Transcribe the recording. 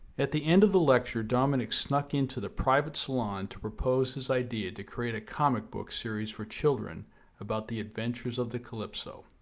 at the end of the lecture dominique snuck into the private salon to propose his idea to create a comic book series for children about the adventures of the calypso.